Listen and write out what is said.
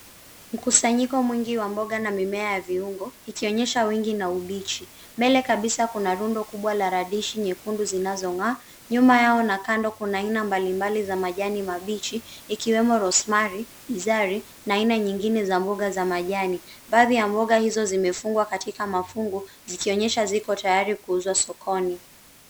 Mkusanyiko mwingi wa mboga na mimea ya viungo, ikionyesha wingi na ubichi. Mbele kabisa kuna rundo kubwa la radish nyekundu zinazong'aa. Nyuma yao na kando kuna aina mbalimbali za majani mabichi. Ikiwemo rosemary ,bizari na aina nyingine za mboga za majani. Baadhi ya mboga hizo zimefungwa katika mafungo, zikionyesha ziko tayari kuuzwa sokoni.